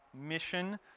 mission